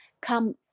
come